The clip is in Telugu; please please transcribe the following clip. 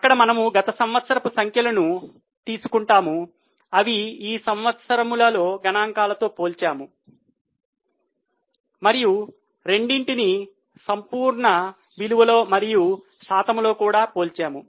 అక్కడ మనము గత సంవత్సరపు సంఖ్యలను తీసుకుంటాము అవి ఈ సంవత్సరంలో గణాంకాలతో పోల్చాము మరియు రెండింటినీ సంపూర్ణ విలువలో మరియు శాతంలో కూడా పోల్చాము